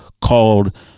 called